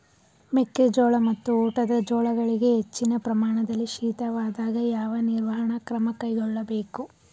ಮೆಕ್ಕೆ ಜೋಳ ಮತ್ತು ಊಟದ ಜೋಳಗಳಿಗೆ ಹೆಚ್ಚಿನ ಪ್ರಮಾಣದಲ್ಲಿ ಶೀತವಾದಾಗ, ಯಾವ ನಿರ್ವಹಣಾ ಕ್ರಮ ಕೈಗೊಳ್ಳಬೇಕು?